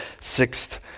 sixth